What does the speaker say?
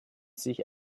sich